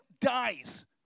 dies